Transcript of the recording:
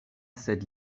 sed